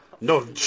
No